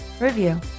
review